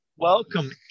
Welcome